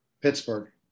Pittsburgh